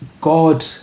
God